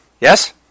Yes